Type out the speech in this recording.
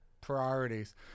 priorities